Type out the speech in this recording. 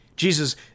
Jesus